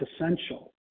essential